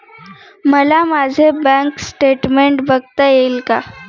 मला माझे bank statement बघता येईल का?